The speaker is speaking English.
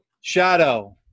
shadow